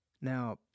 Now